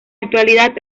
actualidad